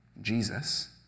Jesus